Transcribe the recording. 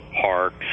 parks